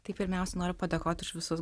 tai pirmiausia noriu padėkoti už visus